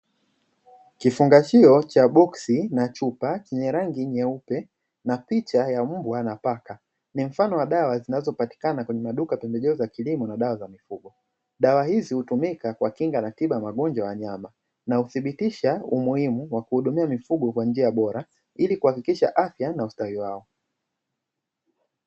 Kifungashio cha boksi na chupa chenye rangi nyeupe na picha ya mbwa na paka, ni mfano wa dawa zinazopatiana kwenye maduka ya pembejeo za kilimo na dawa za mifugo, dawa hizi hutumika kwa kinga na tiba ya magonjwa ya wanyama; hudhibitisha umuhimu wa kuhudumia mifugo kwa njia bora ili kuhakikisha afya na ustawi wao.